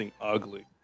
ugly